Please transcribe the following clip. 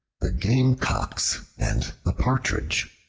the gamecocks and the partridge